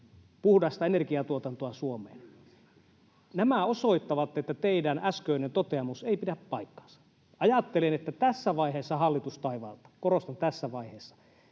puhdasta energiatuotantoa. [Mika Kari: Kyllä!] Nämä osoittavat, että teidän äskeinen toteamuksenne ei pidä paikkaansa. Ajattelen, että tässä vaiheessa hallitustaivalta — korostan: tässä vaiheessa